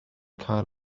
cael